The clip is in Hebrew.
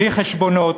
בלי חשבונות,